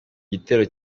gitero